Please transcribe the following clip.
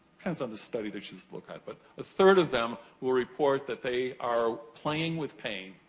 depends on the study that you look at, but a third of them will report that they are playing with pain,